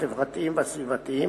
החברתיים והסביבתיים